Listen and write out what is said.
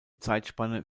zeitspanne